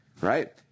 Right